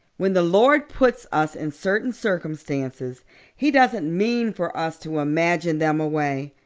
when the lord puts us in certain circumstances he doesn't mean for us to imagine them away.